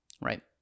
Right